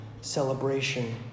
celebration